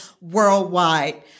Worldwide